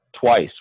twice